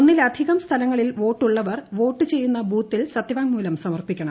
ഒന്നിലധികം സ്ഥലങ്ങളിൽ വോട്ടുളളവർ വോട്ട് ചെയ്യുന്ന ബൂത്തിൽ സത്യവാങ്മൂലം സമർപ്പിക്കണം